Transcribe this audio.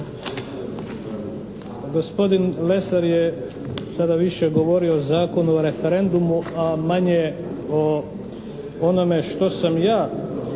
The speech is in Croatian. Gospodin Lesar je sada više govorio o Zakonu o referendumu, a manje o onome što sam ja